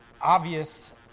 obvious